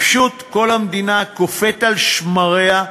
פשוט כל המדינה קופאת על שמריה,